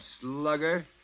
slugger